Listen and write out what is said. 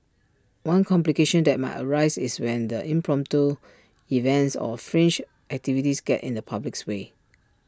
one complication that might arise is when the impromptu events or fringe activities get in the public's way